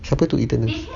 siapa tu eternals